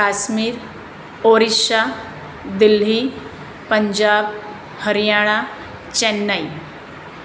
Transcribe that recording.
Kashmir Orissa Delhi Punjab Haryana Chennai